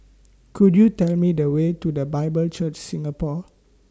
Could YOU Tell Me The Way to The Bible Church Singapore